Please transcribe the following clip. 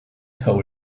hole